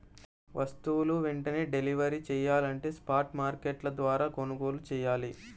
వస్తువులు వెంటనే డెలివరీ చెయ్యాలంటే స్పాట్ మార్కెట్ల ద్వారా కొనుగోలు చెయ్యాలి